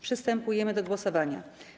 Przystępujemy do głosowania.